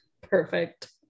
Perfect